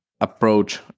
approach